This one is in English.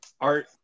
Art